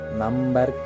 number